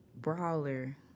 brawler